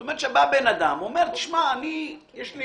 זאת אומרת, בא בן אדם ואומר, יש לי